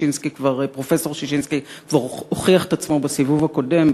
ופרופסור ששינסקי כבר הוכיח את עצמו בסיבוב הקודם,